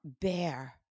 bear